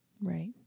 Right